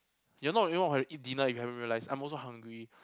you're not the only one who hadn't eat dinner if you haven't realise I'm also hungry